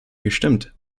gestimmt